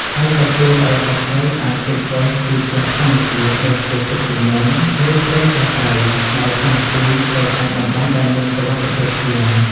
ហើយក៏ជួយឱ្យសត្វព្រៃអាច គេចវេសពីគ្រោះធម្មជាតិ ដូចជាទឹកជំនន់ ឬភ្លើងឆេះព្រៃ ដោយផ្លាស់ទីទៅកាន់តំបន់ដែលមានសុវត្ថិភាពជាង។